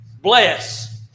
bless